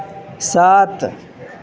سات